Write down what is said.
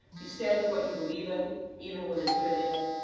you stand for what you believe in, even when intimidated,